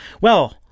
Well-